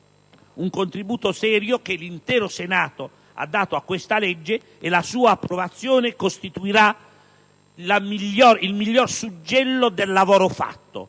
un contributo serio che l'intero Senato ha dato a questa legge, la cui approvazione costituirà il miglior suggello del lavoro fatto,